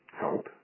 help